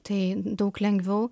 tai daug lengviau